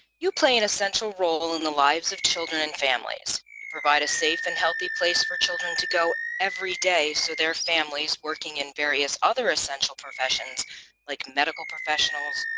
you play an essential role in the lives of children and families. you provide a safe and healthy place for children to go every day so their families working in various other essential professions like medical professionals,